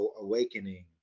awakening